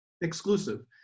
exclusive